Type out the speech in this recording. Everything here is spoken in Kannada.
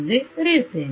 ಎಂದು ಬರೆಯುತ್ತೇನೆ